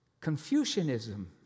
Confucianism